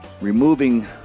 removing